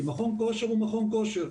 כי מכון כושר הוא מכון כושר.